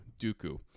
Dooku